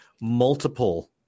multiple